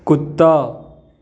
कुत्ता